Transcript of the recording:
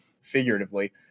figuratively